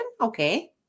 Okay